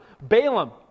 Balaam